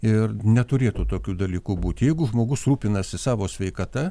ir neturėtų tokių dalykų būti jeigu žmogus rūpinasi savo sveikata